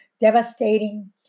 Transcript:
devastating